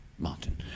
Martin